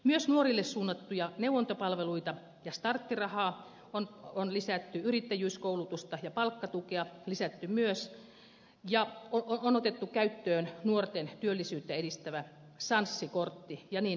myös nuorille suunnattuja neuvontapalveluita ja starttirahaa on lisätty yrittäjyyskoulutusta ja palkkatukea lisätty myös ja on otettu käyttöön nuorten työllisyyttä edistävä sanssi kortti ja niin edelleen